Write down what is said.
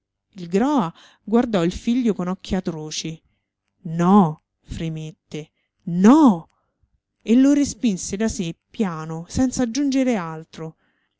il groa guardò il figlio con occhi atroci no fremette no e lo respinse da sé piano senza aggiungere altro